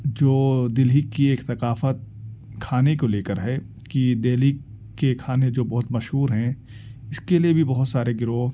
جو دلی کی ایک ثقافت کھانے کو لے کر ہے کہ دلی کے کھانے جو بہت مشہور ہیں اس کے لیے بھی بہت سارے گروہ